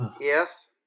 Yes